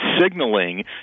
signaling